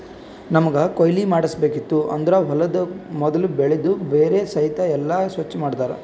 ನಮ್ಮಗ್ ಕೊಯ್ಲಿ ಮಾಡ್ಸಬೇಕಿತ್ತು ಅಂದುರ್ ಹೊಲದು ಮೊದುಲ್ ಬೆಳಿದು ಬೇರ ಸಹಿತ್ ಎಲ್ಲಾ ಸ್ವಚ್ ಮಾಡ್ತರ್